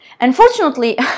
Unfortunately